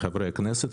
לחברי הכנסת,